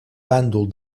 bàndol